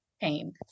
pain